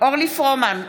אורלי פרומן,